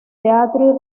teatro